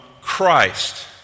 Christ